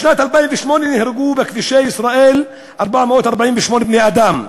בשנת 2008 נהרגו בכבישי ישראל 448 בני-אדם.